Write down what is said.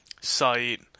site